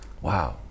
Wow